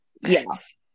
Yes